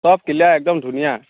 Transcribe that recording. সব ক্লিয়াৰ একদম ধুনীয়া